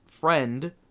friend